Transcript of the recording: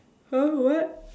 !huh! what